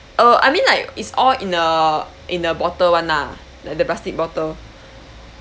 uh I mean like it's all in a in a bottle one lah like the plastic bottle